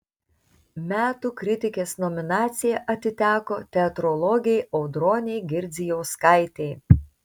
metų kritikės nominacija atiteko teatrologei audronei girdzijauskaitei